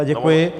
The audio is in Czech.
Děkuji.